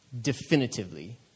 definitively